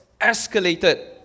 escalated